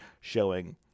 showing